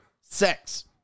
sex